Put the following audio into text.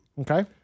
Okay